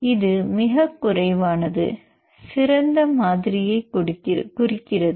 இது மிகக் குறைவானது சிறந்த மாதிரியைக் குறிக்கிறது